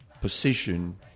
position